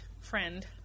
friend